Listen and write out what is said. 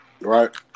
right